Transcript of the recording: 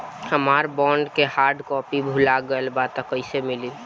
हमार बॉन्ड के hard copy भुला गएलबा त कैसे मिली?